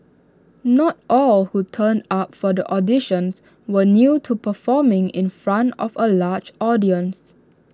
not all who turned up for the auditions were new to performing in front of A large audience